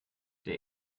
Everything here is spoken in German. der